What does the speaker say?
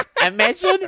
imagine